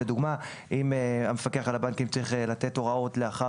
לדוגמה: אם המפקח על הבנקים צריך לתת הוראות לאחר